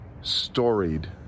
storied